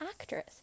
actress